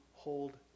Hold